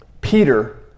Peter